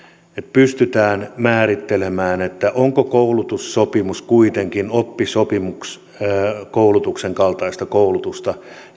pystytään määrittelemään onko koulutussopimus kuitenkin oppisopimuskoulutuksen kaltaista koulutusta